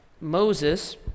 Moses